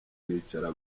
kwicara